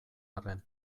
arren